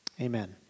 amen